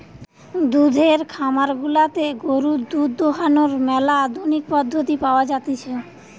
দুধের খামার গুলাতে গরুর দুধ দোহানোর ম্যালা আধুনিক পদ্ধতি পাওয়া জাতিছে